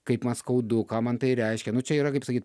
kaip man skaudu ką man tai reiškia nu čia yra kaip sakyt